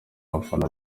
abafana